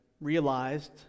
realized